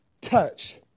touch